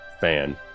fan